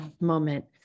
moment